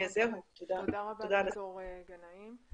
תודה רבה, ד"ר גנאים.